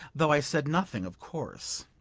though i said nothing, of course.